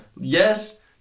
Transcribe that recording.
Yes